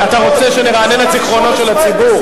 אתה רוצה שנרענן את זיכרונו של הציבור?